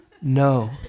No